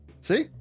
See